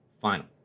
final